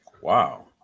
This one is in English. Wow